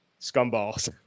scumballs